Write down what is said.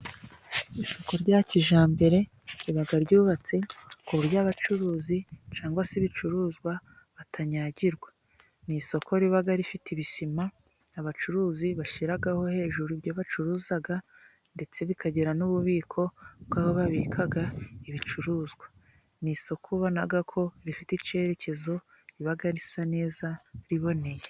Isoko rya kijyambere riba ryubatse ku buryo abacuruzi cyangwa se ibicuruzwa bitanyagirwa, ni isoko riba rifite ibisima abacuruzi bashyiraho hejuru ibyo bacuruza ndetse bikagira n'ububiko bw'aho babika ibicuruzwa, ni isoko ubona ko rifite icyerekezo riba risa neza riboneye.